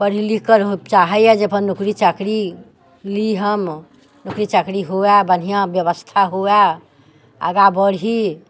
पइढ़ लिख के लोक चाहैये जे अपन नौकरी चाकरी ली हम नौकरी चाकरी हुयैये बढ़िया व्यवस्था हुयैये आगाँ बढ़ी